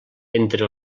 entre